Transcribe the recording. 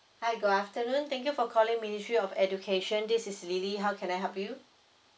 hi good afternoon thank you for calling ministry of education this is lily how can I help you